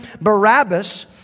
Barabbas